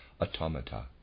automata